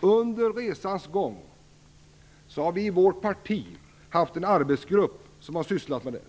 Under resans gång har vi i vårt parti haft en arbetsgrupp som sysslat med detta.